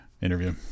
interview